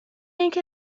اینکه